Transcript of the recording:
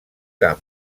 camp